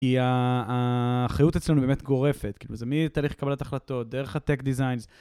כי האחריות אצלנו באמת גורפת, כאילו זה מי תהליך לקבלת החלטות, דרך הטק דיזיינס.